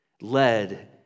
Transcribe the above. led